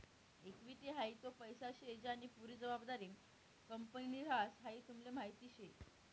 equity हाऊ तो पैसा शे ज्यानी पुरी जबाबदारी कंपनीनि ह्रास, हाई तुमले माहीत शे